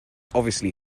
obviously